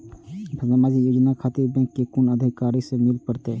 समाजिक योजना खातिर बैंक के कुन अधिकारी स मिले परतें?